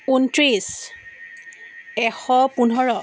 ঊনত্ৰিছ এশ পোন্ধৰ